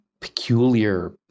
peculiar